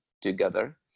together